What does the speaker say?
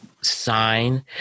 sign